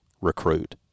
Recruit